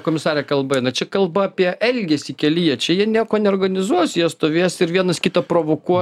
komisare kalba eina čia kalba apie elgesį kelyje čia jie nieko neorganizuos jie stovės ir vienas kitą provokuo